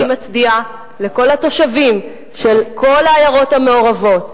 אני מצדיעה לכל התושבים של כל העיירות המעורבות,